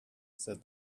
said